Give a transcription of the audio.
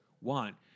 want